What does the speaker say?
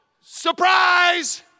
surprise